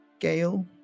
Gail